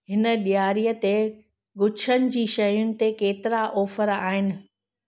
हिन ॾियारीअ ते गुच्छानि जी शयुनि ते केतिरा ऑफर आहिनि